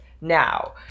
now